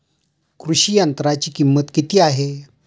कृषी यंत्राची किंमत किती आहे?